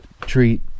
treat